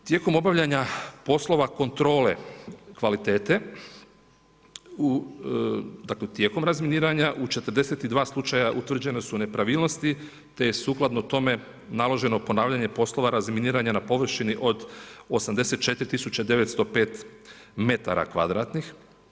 U tijekom obavljanja poslova kontrole kvaliteta, tijekom razminiranja u 42 slučaja utvrđena su nepravilnosti, te sukladno tome, naloženi ponavljanja poslova razminiranja na površini od 84905 metara kvadratnih.